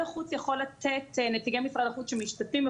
נציגי משרד החוץ שמשתתפים,